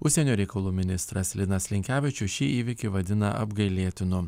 užsienio reikalų ministras linas linkevičius šį įvykį vadina apgailėtinu